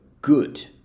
good